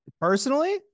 personally